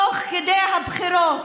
תוך כדי הבחירות,